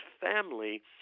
family